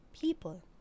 people